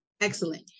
Excellent